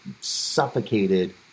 suffocated